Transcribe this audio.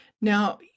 Now